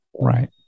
Right